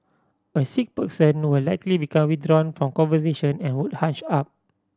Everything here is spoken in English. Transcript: a sick person will likely become withdrawn from conversation and would hunch up